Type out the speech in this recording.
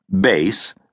base